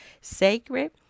sacred